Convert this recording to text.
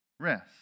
rest